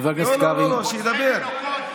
מחבקת רוצחי תינוקות,